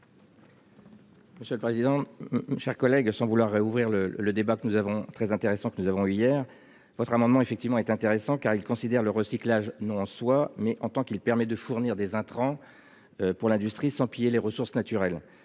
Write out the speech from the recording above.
Monsieur le président. Chers collègues, sans vouloir réouvrir le débat que nous avons très intéressant que nous avons eu hier votre amendement effectivement est intéressant car il considère le recyclage. Non, en soi, mais en tant qu'il permet de fournir des intrants. Pour l'industrie sans piller les ressources naturelles.